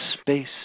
space